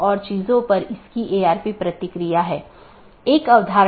इन साथियों के बीच BGP पैकेट द्वारा राउटिंग जानकारी का आदान प्रदान किया जाना आवश्यक है